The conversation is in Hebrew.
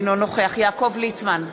אינו נוכח יעקב ליצמן,